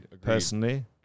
personally